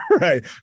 Right